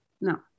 no